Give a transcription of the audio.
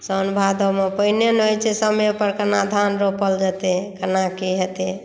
साओन भादबमे पानि नहि होइत छै समयपर केना धान रोपल जेतै केना की हेतै